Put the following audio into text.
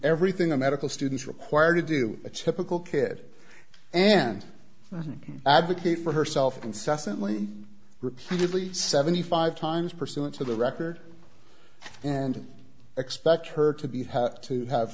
everything a medical student required to do a typical kid and advocate for herself incessantly repeatedly seventy five times pursuant to the record and expect her to be have to have